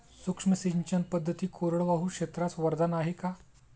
सूक्ष्म सिंचन पद्धती कोरडवाहू क्षेत्रास वरदान आहे का?